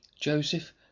Joseph